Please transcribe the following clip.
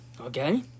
Okay